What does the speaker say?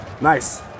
Nice